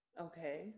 okay